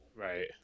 Right